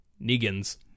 Negans